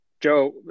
Joe